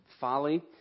folly